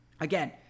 Again